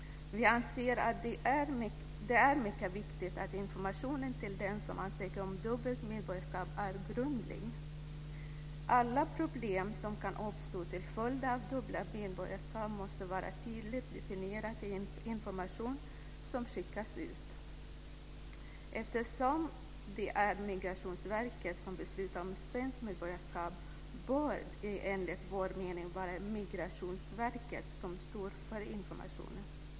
Vi anser att det är mycket viktigt att informationen till den som ansöker om dubbelt medborgarskap är grundlig. Alla problem som kan uppstå till följd av dubbelt medborgarskap måste vara tydligt definierade i en information som skickas ut. Eftersom det är Migrationsverket som beslutar om svenskt medborgarskap bör det enligt vår mening vara Migrationsverket som står för informationen.